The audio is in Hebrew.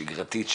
השגרתית,